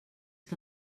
que